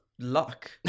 luck